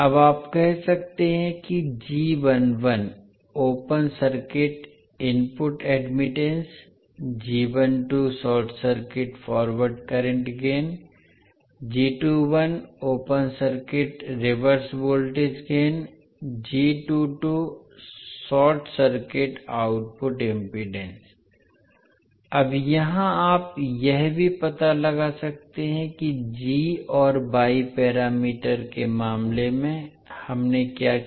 अब आप कह सकते हैं कि open circuit input admittance short circuit forward current gain open circuit reverse voltage gain short circuit output impedance अब यहाँ आप यह भी पता लगा सकते हैं कि जी या वाई पैरामीटर के मामले में हमने क्या किया